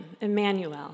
Emmanuel